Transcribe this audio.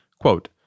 Quote